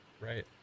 Right